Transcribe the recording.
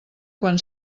quan